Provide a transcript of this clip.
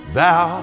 thou